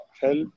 help